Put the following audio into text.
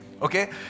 Okay